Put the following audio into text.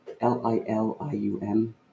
L-I-L-I-U-M